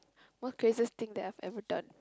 most craziest thing that I've ever done